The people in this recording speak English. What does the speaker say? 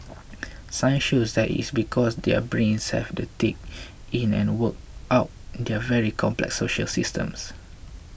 science shows that is because their brains have to take in and work out their very complex social systems